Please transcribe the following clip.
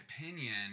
opinion